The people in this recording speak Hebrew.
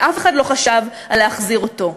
ואף אחד לא חשב על להחזיר אותו.